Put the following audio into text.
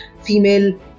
female